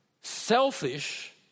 selfish